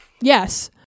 Yes